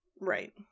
right